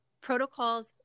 protocols